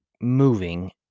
moving